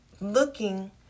looking